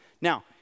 Now